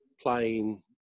playing